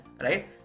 right